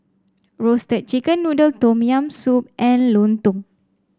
Roasted Chicken Noodle Tom Yam Soup and lontong